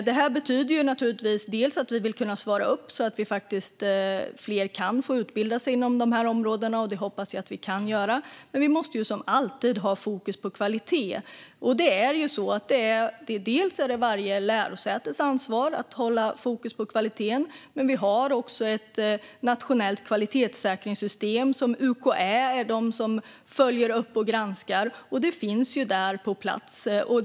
Det betyder bland annat att vi vill kunna svara upp mot det, så att fler kan få utbilda sig inom de områdena. Det hoppas jag att vi kan göra. Men vi måste som alltid ha fokus på kvaliteten. Det är varje lärosätes ansvar att hålla fokus på kvaliteten, men det finns också ett nationellt kvalitetssäkringssystem på plats som UKÄ följer upp och granskar.